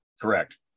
Correct